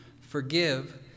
Forgive